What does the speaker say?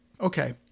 Okay